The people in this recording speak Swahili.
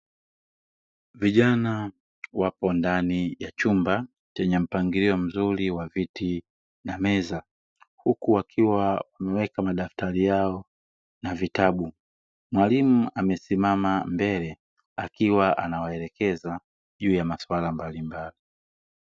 Vijana wapo ndani ya chumba chenye mpangilio mzuri wa viti na meza huku wakiwa wameweka madaftari yao na vitabu, mwalimu amesimama mbele akiwa anawaelekeza juu ya masuala mbalimbali.